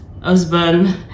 husband